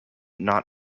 not